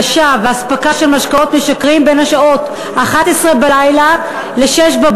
הגשה ואספקה של משקאות משכרים בין השעות 23:00 ו-06:00,